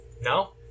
No